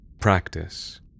practice